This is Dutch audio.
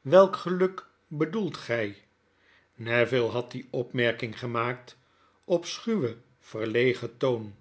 welk geluk bedoelt gjj neville nad die opmerking gemaakt op schuwen verlegen toon